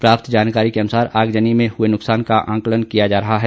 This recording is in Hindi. प्राप्त जानकारी के अनुसार आगजनी में हुए नुकसान का आंकलन किया जा रहा है